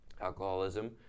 alcoholism